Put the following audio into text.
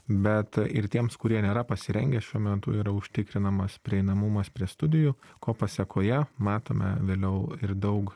bet ir tiems kurie nėra pasirengę šiuo metu yra užtikrinamas prieinamumas prie studijų ko pasekoje matome vėliau ir daug